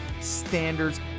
standards